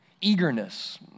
eagerness